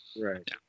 right